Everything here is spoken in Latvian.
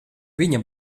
viņa